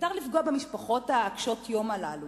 מותר לפגוע במשפחות קשות-היום הללו.